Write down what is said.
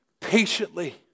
patiently